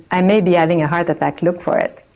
i may be having a heart attack. look for it.